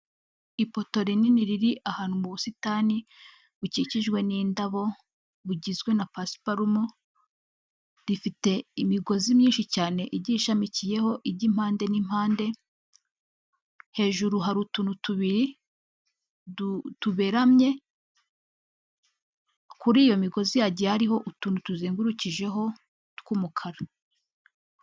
Ipoto rinini riri ahantu mu busitani bukikijwe n'indabo, bugizwe na pasiparumu, rifite imigozi myinshi cyane igiye ishamikiyeho ijya impande n'impande, hejuru hari utuntu tubiri tuberamye, kuri iyo migozi hagiye hariho utuntu tuzengurukijeho tw'umukara.